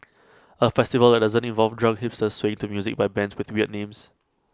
A festival that doesn't involve drunk hipsters swaying to music by bands with weird names